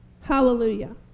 Hallelujah